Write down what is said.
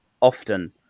often